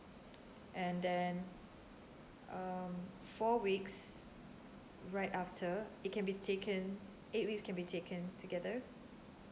and then um four weeks right after it can be taken eight weeks can be taken together